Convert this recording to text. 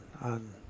on